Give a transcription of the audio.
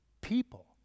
people